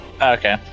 Okay